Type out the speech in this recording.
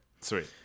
Sweet